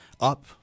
up